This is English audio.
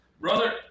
Brother